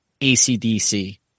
ACDC